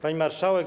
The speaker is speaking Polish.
Pani Marszałek!